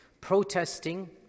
protesting